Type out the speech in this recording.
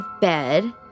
bed